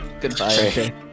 Goodbye